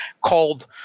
called